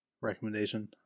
recommendation